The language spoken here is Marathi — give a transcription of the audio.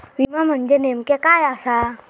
विमा म्हणजे नेमक्या काय आसा?